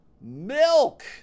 milk